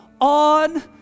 on